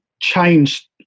change